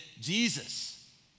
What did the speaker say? Jesus